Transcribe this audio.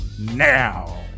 now